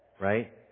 right